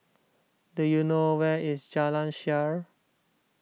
do you know where is Jalan Shaer